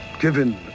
Given